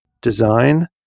design